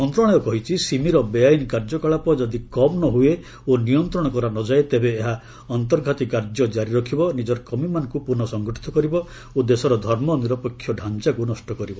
ମନ୍ତ୍ରଣାଳୟ କହିଛି ସିମିର ବେଆଇନ କାର୍ଯ୍ୟକଳାପ ଯଦି କମ୍ ନ ହୁଏ ଓ ନିୟନ୍ତ୍ରଣ କରା ନ ଯାଏ ତେବେ ଏହା ଅନ୍ତର୍ଘାତୀ କାର୍ଯ୍ୟ ଜାରି ରଖିବ ନିଜର କର୍ମୀମାନଙ୍କୁ ପୁନଃ ସଙ୍ଗଠିତ କରିବ ଓ ଦେଶର ଧର୍ମ ନିରପେକ୍ଷ ଢାଞ୍ଚାକୁ ନଷ୍ଟ କରିବ